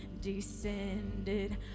descended